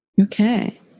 Okay